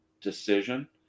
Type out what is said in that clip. decision